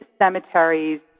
cemeteries